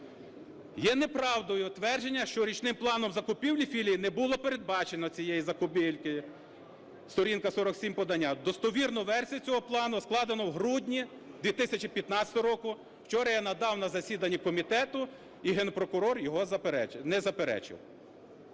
Є неправдою твердження, що річним планом закупівлі філії не було передбачено цієї закупівлі, сторінка 47 подання. Достовірну версію цього плану складено в грудні 2015 року, вчора я надав на засіданні комітету, і Генпрокурор його не заперечив.